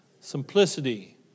Simplicity